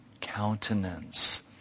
countenance